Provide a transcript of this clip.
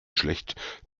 schlecht